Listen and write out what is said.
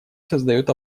создает